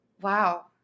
Wow